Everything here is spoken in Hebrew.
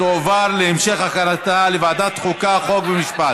התשע"ח 2017, לוועדה שתקבע ועדת הכנסת נתקבלה.